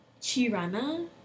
Chirana